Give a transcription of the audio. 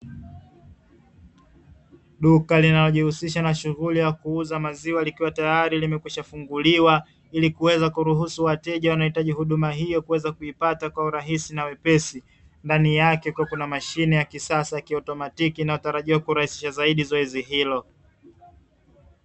Duka linalojihusisha na shughuli ya kuuza maziwa likiwa tayari limekwisha funguliwa ili kuweza kuruhusu wateja wanaohitaji huduma hiyo kuweza kuipata kiurahisi na wepesi, ndani yake kukiwa na mashine ya kisasa ya kiautomatiki inayotarajiwa kurahisisha zaidi zoezi hilo.